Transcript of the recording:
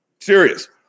Serious